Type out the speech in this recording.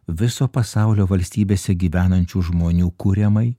viso pasaulio valstybėse gyvenančių žmonių kuriamai